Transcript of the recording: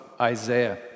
Isaiah